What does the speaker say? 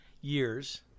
years